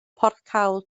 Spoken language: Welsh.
porthcawl